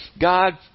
God